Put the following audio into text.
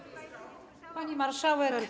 Pani Marszałek!